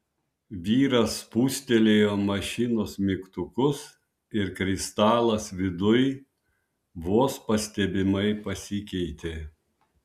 vyras spustelėjo mašinos mygtukus ir kristalas viduj vos pastebimai pasikeitė